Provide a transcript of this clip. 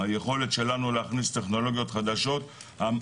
היכולת שלנו להכניס טכנולוגיות חדשות ---.